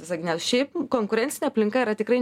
visagine šiaip konkurencinė aplinka yra tikrai